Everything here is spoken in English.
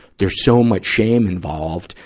there's so much shame involved.